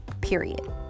period